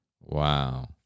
Wow